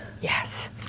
Yes